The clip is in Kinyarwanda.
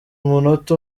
umunota